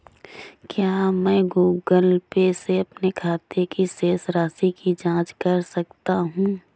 क्या मैं Google Pay से अपने खाते की शेष राशि की जाँच कर सकता हूँ?